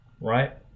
right